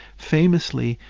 famously,